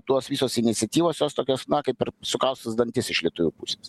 tos visos iniciatyvos jos tokios kaip per sukąstus dantis iš lietuvių pusės